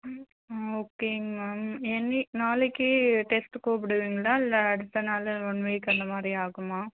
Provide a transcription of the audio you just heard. ஆ ஓகேங்க மேம் என்னி நாளைக்கே டெஸ்ட்டு கூப்பிடுவீங்களா இல்லை அடுத்தநாள் ஒன் வீக் அந்தமாதிரி ஆகுமா